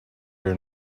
your